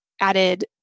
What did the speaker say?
added